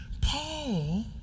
Paul